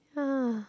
ya